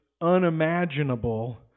unimaginable